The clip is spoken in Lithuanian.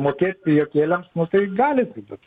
mokėt pijokėliams nu tai galit bet